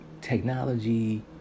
technology